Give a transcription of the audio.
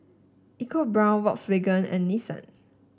EcoBrown Volkswagen and Nissan